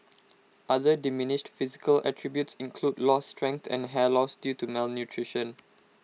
other diminished physical attributes include lost strength and hair loss due to malnutrition